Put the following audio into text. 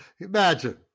Imagine